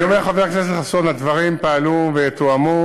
אני אומר, חבר הכנסת חסון, הדברים פעלו ותואמו.